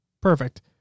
Perfect